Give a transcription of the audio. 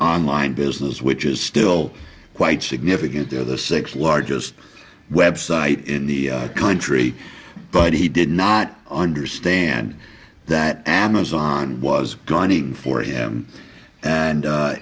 online business which is still quite significant there the six largest website in the country but he did not understand that amazon was gunning for him and